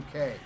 UK